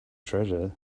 treasure